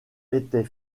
était